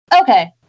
Okay